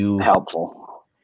helpful